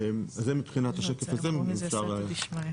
כן, בסייעתא דשמיא.